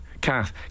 Kath